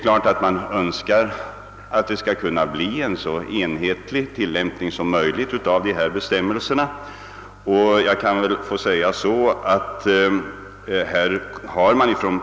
Givetvis önskar man att tillämpningen av dessa bestämmelser skall kunna bli så enhetlig som möjligt.